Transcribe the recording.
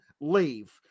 leave